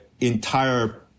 entire